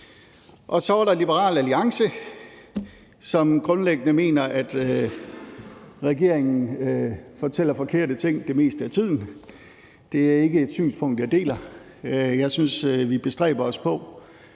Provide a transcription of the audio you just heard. Så var der Liberal Alliance, som grundlæggende mener, at regeringen fortæller forkerte ting det meste af tiden. Det er ikke et synspunkt, jeg deler. Jeg synes, at vi bestræber os på